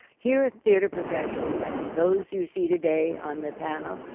here, theatre professionals, like those you see today on the panel,